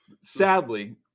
sadly